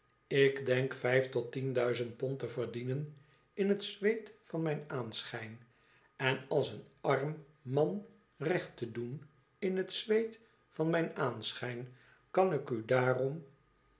ik denk vijf tot tien duizend pond te verdienen in het zweet van mijn aanschijn en als een arm man recht te doen in het zweet van mijn aanschijn kan ik u daarom